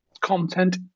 content